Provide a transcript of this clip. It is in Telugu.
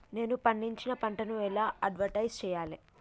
నేను పండించిన పంటను ఎలా అడ్వటైస్ చెయ్యాలే?